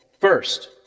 First